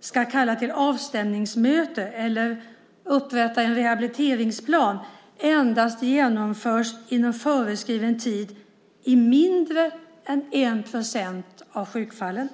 ska kalla till avstämningsmöte eller upprätta en rehabiliteringsplan endast genomförts inom föreskriven tid i mindre än 1 % av sjukfallen.